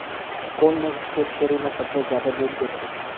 कोन नस्ल के छेरी ल सबले ज्यादा दूध देथे?